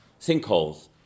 sinkholes